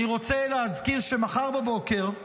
אני רוצה להזכיר שמחר בבוקר,